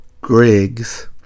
Griggs